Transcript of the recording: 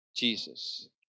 Jesus